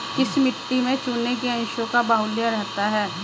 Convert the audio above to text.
किस मिट्टी में चूने के अंशों का बाहुल्य रहता है?